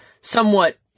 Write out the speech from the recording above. somewhat